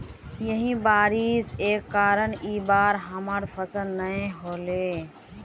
यही बारिश के कारण इ बार हमर फसल नय होले?